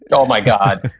and oh my god.